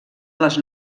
les